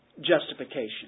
justification